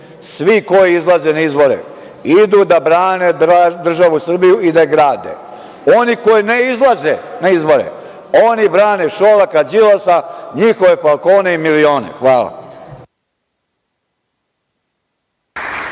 svi koji izlaze na izbore idu da brane državu Srbiju i da grade. Oni koji ne izlaze na izbore, oni brane Šolaka, Đilasa, njihove falkone i milione. Hvala.